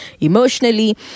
emotionally